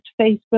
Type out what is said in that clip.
Facebook